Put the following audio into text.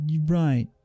Right